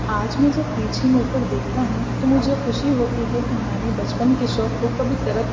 آج میں جب پیچھے مڑ کر دیکھتا ہوں تو مجھے خوشی ہوتی ہے کہ میں نے بچپن کے شوق کو کبھی ترک